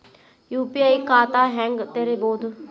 UPI ಖಾತಾ ಹೆಂಗ್ ತೆರೇಬೋದು?